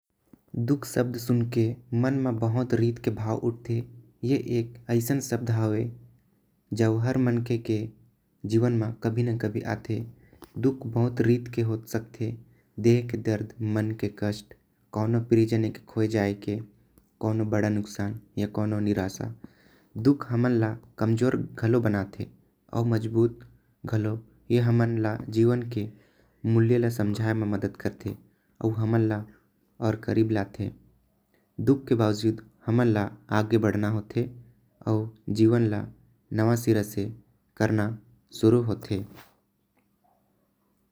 दुःख शब्द सुनके मन में बहुत रीत के भाव उठते। ऐ एक अइसन शब्द हवे जो हर मन के जीवन में कभी न कभी आथे। दुःख बहुत रीत के हो सकते देह के दर्द मन के कष्ट कोनऊ। प्रियजन खो जाये के कोनऊ बड़ा नुकसान या निराशा। दुःख हमन ला कमजोर घलो बनाते अउ मजबूत भी बनाथे। जीवन में हमन के मदद करथे दुःख के बाबजूद हमन ला आगे बढ़ान। के चाहि अउ जीवन नवा सिरा ले शुरू करना होथे।